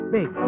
Big